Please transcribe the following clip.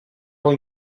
con